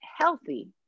healthy